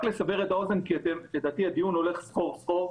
רק לסבר את האוזן כי לדעתי הדיון הולך סחור-סחור,